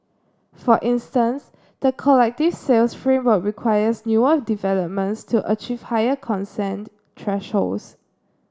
for instance the collective sales framework requires newer developments to achieve higher consent thresholds